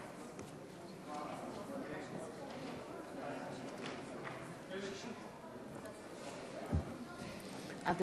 עד